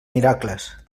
miracles